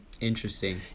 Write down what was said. Interesting